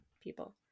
people